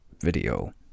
video